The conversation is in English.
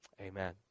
Amen